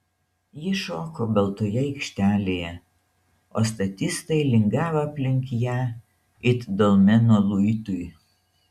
ji šoko baltoje aikštelėje o statistai lingavo aplink ją it dolmenų luitui